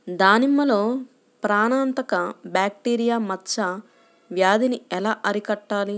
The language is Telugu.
దానిమ్మలో ప్రాణాంతక బ్యాక్టీరియా మచ్చ వ్యాధినీ ఎలా అరికట్టాలి?